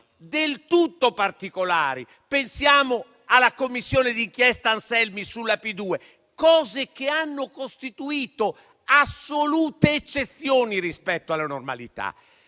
del tutto particolari - pensiamo alla Commissione d'inchiesta Anselmi sulla P2 - eventi che hanno costituito assolute eccezioni rispetto alla normalità.